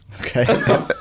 okay